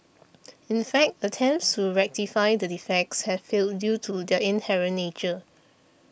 in fact attempts to rectify the defects have failed due to their inherent nature